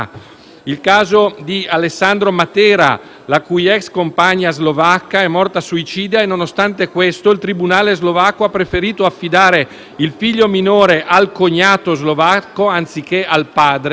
il caso di Alessandro Matera, la cui *ex* compagna slovacca è morta suicida e, nonostante questo, il tribunale slovacco ha preferito affidare il figlio minore al cognato slovacco anziché al padre;